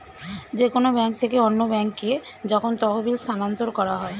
যে কোন ব্যাংক থেকে অন্য ব্যাংকে যখন তহবিল স্থানান্তর করা হয়